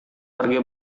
pergi